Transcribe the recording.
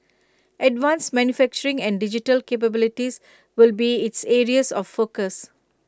advanced manufacturing and digital capabilities will be its areas of focus